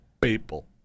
People